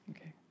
Okay